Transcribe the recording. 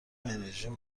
انرژیم